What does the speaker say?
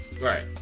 right